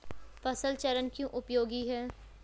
फसल चरण क्यों उपयोगी है?